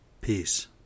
Peace